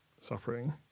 suffering